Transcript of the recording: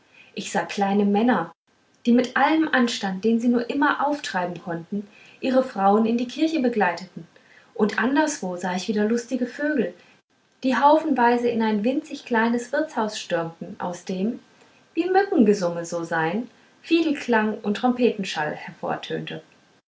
ich sah kleine männer die mit allem anstand den sie nur immer auftreiben konnten ihre frauen in die kirche begleiteten und anderswo sah ich wieder lustige vögel die haufenweise in ein winzig kleines wirtshaus stürmten aus dem wie mückengesumme so sein fidelklang und trompetenschall